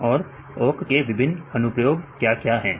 तो ओक की विभिन्न अनुप्रयोग क्या क्या है